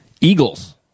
Eagles